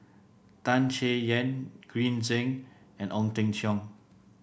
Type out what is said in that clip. Tan Chay Yan Green Zeng and Ong Teng Cheong